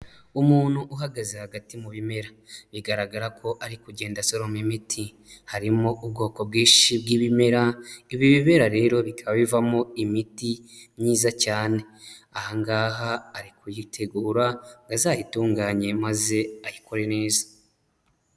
Umuntu uhagaze hagati mu bimera bigaragara ko ari kugenda asoroma imiti, harimo ubwoko bwinshi bw'ibimera, ibi bimera rero bikaba bivamo imiti myiza cyane, aha ngaha ari kuyitegura ngo azayitunganye maze ayikore neza.